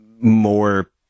more